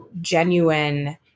genuine